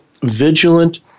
vigilant